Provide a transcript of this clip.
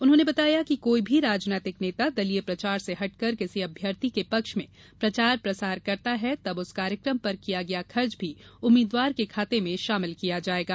उन्होंने बताया कि कोई भी राजनैतिक नेता दलीय प्रचार से हटकर किसी अभ्यर्थी के पक्ष में प्रचार प्रसार करता है तब उस कार्यक्रम पर किया गया खर्च भी उम्मीदवार के खाते में शामिल किया जायेगा